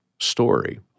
story